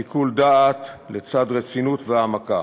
שיקול דעת, לצד רצינות והעמקה.